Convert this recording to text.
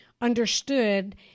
understood